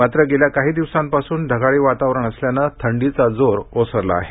मात्र गेल्या काही दिवसांपासून ढगाळी वातावरण असल्यानं थंडीचा जोर ओसरला आहे